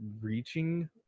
reaching